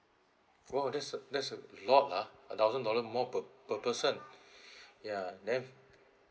oh there's a there's a lot lah a thousand dollar more per per person ya then